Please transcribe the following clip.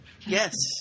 Yes